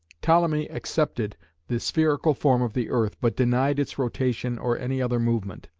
ptolemy accepted the spherical form of the earth but denied its rotation or any other movement.